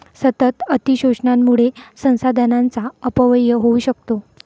सतत अतिशोषणामुळे संसाधनांचा अपव्यय होऊ शकतो